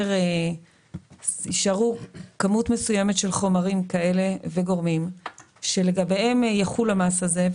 תישאר כמות מסוימת של חומרים וגורמים שלגביהם יחול המס הזה,